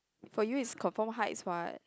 for you is confirm height is what